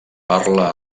parla